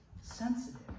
sensitive